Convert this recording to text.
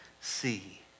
see